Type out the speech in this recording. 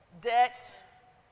debt